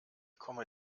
komme